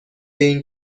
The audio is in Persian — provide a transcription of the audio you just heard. این